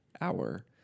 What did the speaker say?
hour